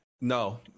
No